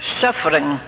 suffering